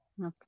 Okay